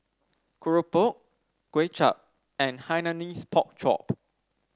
keropok Kuay Chap and Hainanese Pork Chop